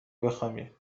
بخابیم